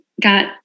got